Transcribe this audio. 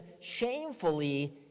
shamefully